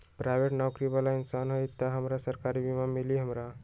Private नौकरी बाला इंसान हई त हमरा सरकारी बीमा मिली हमरा?